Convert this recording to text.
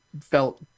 felt